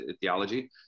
theology